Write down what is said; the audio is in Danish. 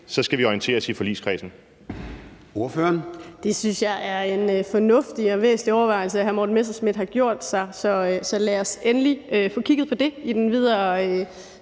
skal vi orienteres i forligskredsen?